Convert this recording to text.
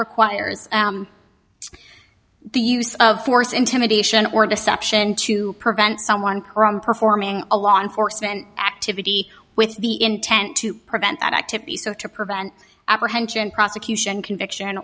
requires the use of force intimidation or deception to prevent someone crum performing a law enforcement activity with the intent to prevent that activity so to prevent apprehension prosecution conviction